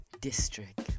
district